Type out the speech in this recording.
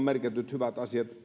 merkityt hyvät asiat